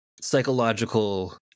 psychological